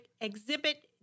exhibit